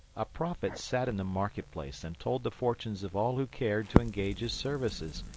a prophet sat in the market-place and told the fortunes of all who cared to engage his services.